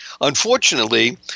Unfortunately